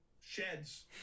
sheds